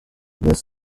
this